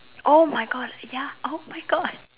!oh-my-God! ya !oh-my-God!